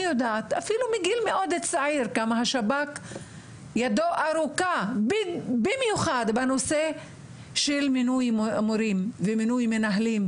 אני יודעת כמה ידו של השב"כ ארוכה בנושא של מינוי מורים ומינוי מנהלים.